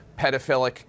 pedophilic